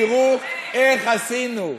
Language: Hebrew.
תראו איך עשינו,